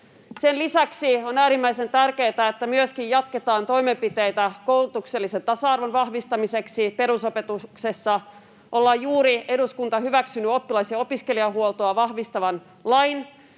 Sen lisäksi on äärimmäisen tärkeää, että myöskin jatketaan toimenpiteitä koulutuksellisen tasa-arvon vahvistamiseksi perusopetuksessa. Eduskunta on juuri hyväksynyt oppilas‑ ja opiskelijahuoltoa vahvistavan lain,